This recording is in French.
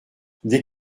des